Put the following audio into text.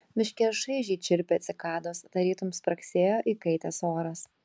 miške šaižiai čirpė cikados tarytum spragsėjo įkaitęs oras